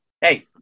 Hey